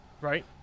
Right